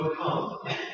come